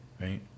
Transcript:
Right